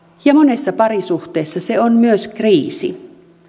ja monessa parisuhteessa se on myös kriisi